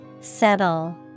Settle